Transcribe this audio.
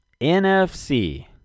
NFC